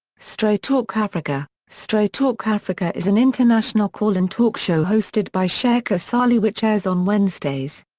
straight talk africa straight talk africa is an international call-in talk show hosted by shaka ssali which airs on wednesdays.